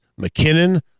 McKinnon